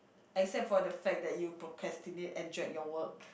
except for the fact that you procrastinate and drag your work